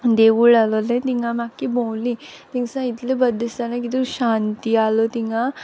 देवूळ आहलोलें तींग आम आख्खीं भोंवलीं तींग सान इतलें बोर दिसतालें कितू शांती आहलो तिंगा